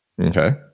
Okay